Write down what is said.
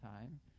time